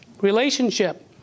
relationship